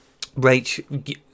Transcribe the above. Rach